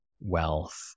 wealth